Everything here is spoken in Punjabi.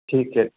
ਠੀਕ ਹੈ